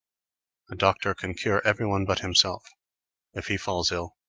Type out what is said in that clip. a doctor can cure everyone but himself if he falls ill,